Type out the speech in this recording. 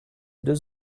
deux